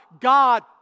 God